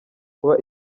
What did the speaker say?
kuba